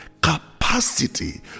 capacity